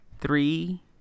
three